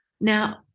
Now